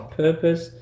purpose